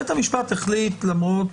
בית המשפט החליט, למרות